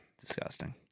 Disgusting